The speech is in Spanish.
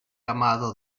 amado